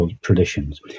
traditions